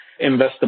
investable